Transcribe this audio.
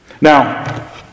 Now